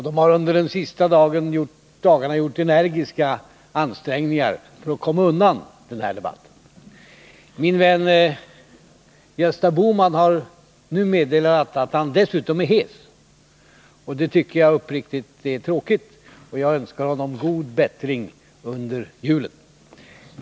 De har under de senaste dagarna gjort energiska ansträngningar för att komma undan den här debatten. Min vän Gösta Bohman har nu meddelat att han dessutom är hes. Det tycker jag uppriktigt är tråkigt, och jag önskar honom god bättring under julen.